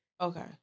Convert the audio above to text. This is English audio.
Okay